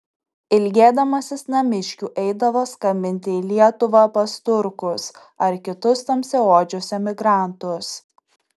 ilgėdamasis namiškių eidavo skambinti į lietuvą pas turkus ar kitus tamsiaodžius emigrantus